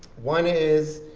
one is